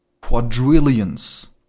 quadrillions